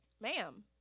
Ma'am